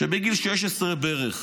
שבגיל 16 בערך,